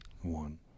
one